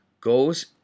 goes